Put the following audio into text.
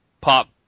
pop